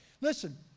Listen